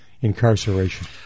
incarceration